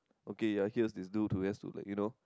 okay I hear is do to us like you know